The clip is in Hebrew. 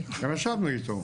ישבנו איתו.